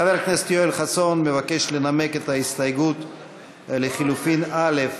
חבר הכנסת יואל חסון מבקש לנמק את ההסתייגות לחלופין (א)